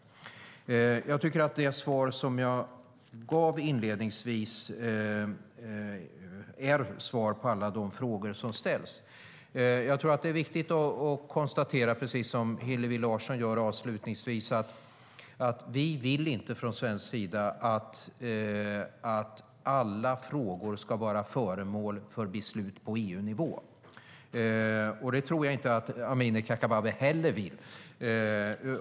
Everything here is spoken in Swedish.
Jag tycker att det svar som jag gav inledningsvis besvarar alla de frågor som ställs. Jag tror att det är viktigt att konstatera, precis som Hillevi Larsson gör avslutningsvis, att vi från svensk sida inte vill att alla frågor ska vara föremål för beslut på EU-nivå. Det tror jag inte att Amineh Kakabaveh heller vill.